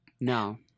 No